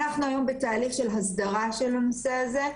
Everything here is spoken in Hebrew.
אנחנו היום בתהליך של הסדרה של הנושא הזה.